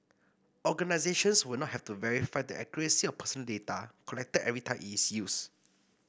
organisations will not have to verify the accuracy of personal data collected every time it is used